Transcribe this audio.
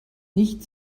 nicht